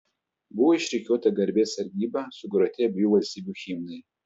buvo išrikiuota garbės sargyba sugroti abiejų valstybių himnai